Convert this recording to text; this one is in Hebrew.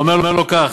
הוא אומר לו כך,